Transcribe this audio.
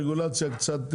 הרגולציה קצת,